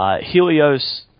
Helios